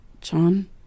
John